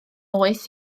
oes